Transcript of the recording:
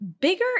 bigger